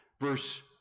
verse